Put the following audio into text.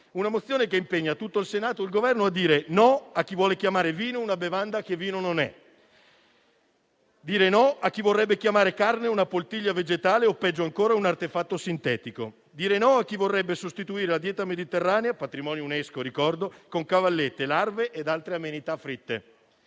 una mozione che impegna tutto il Senato ed il Governo a dire no a chi vuole chiamare vino una bevanda che vino non è, a dire no a chi vorrebbe chiamare carne una poltiglia vegetale o peggio ancora un artefatto sintetico, a dire no a chi vorrebbe sostituire la dieta mediterranea - che ricordo è patrimonio UNESCO - con cavallette, larve ed altre amenità fritte,